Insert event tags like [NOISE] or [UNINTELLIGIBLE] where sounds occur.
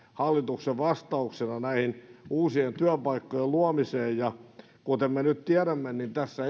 hallituksen vastauksena uusien työpaikkojen luomiseen ja kuten me nyt tiedämme tässä [UNINTELLIGIBLE]